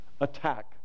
Attack